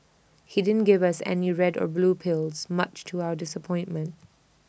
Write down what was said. he didn't give us any red or blue pills much to our disappointment